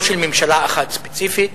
לא של ממשלה אחת ספציפית,